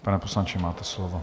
Pane poslanče, máte slovo.